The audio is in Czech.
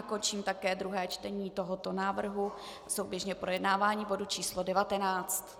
Končím také druhé čtení tohoto návrhu a souběžně projednávání bodu číslo 19.